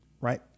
right